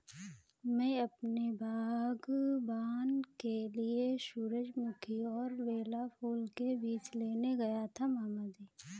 मैं अपने बागबान के लिए सूरजमुखी और बेला फूल के बीज लेने गया था मामा जी